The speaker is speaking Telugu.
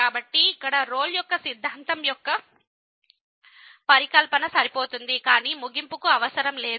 కాబట్టి ఇక్కడ రోల్ యొక్క సిద్ధాంతం యొక్క పరికల్పన సరిపోతుంది కానీ ముగింపుకు అవసరం లేదు